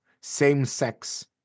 same-sex